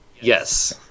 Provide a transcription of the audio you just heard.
Yes